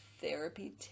therapy